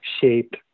shaped